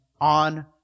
on